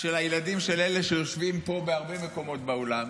של הילדים של אלה שיושבים פה בהרבה מקומות באולם